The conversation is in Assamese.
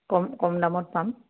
কম কম দামত পাম